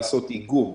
לעשות איגום,